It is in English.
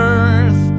Earth